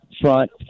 front